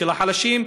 של החלשים,